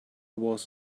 was